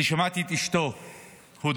אני שמעתי את אשתו הודא